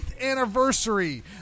anniversary